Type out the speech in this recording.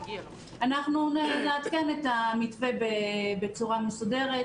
אנחנו נעדכן את המתווה בצורה מסודרת.